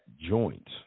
joint